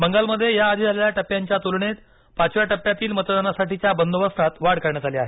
बंगालमध्ये या आधी झालेल्या टप्प्यांच्या तुलनेत पाचव्या टप्प्यातील मतदानासाठीच्या बंदोबस्तात वाढ करण्यात आली आहे